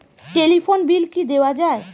Telephone bill কি দেওয়া যায়?